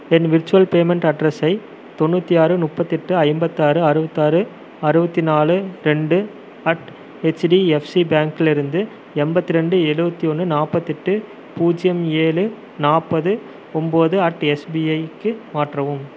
என் virtual payment அட்ரஸை தொண்ணூற்றி ஆறு முப்பத்து எட்டு ஐம்பத்தாறு அறுபத்தாறு அறுபத்தி நாலு ரெண்டு அட் ஹெச்டிஎஃப்சி பேங்க்கிலிருந்து எண்பத்ரெண்டு ஏழுபத்தி ஒன்று நாற்பத்தெட்டு பூஜ்ஜியம் ஏழு நாற்பது ஒம்பது அட் எஸ்பிஐக்கு மாற்றவும்